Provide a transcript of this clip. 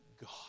God